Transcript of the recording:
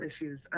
issues